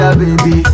baby